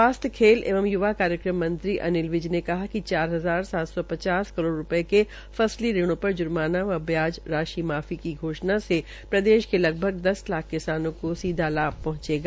स्वास्थ्य खेल एवं युवा कार्यक्रम मंत्री अनिल विज ने कहा है कि चार हजार सात सौ पचास करोड़ रूपये के फसली ऋणों पर जुर्माना व ब्याज राशि माफी की घोष्णा से प्रदेश के लगभग दस लाख किसानों को सीधा लाभ पहंचेगा